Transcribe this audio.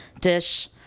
dish